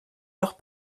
leur